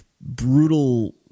brutal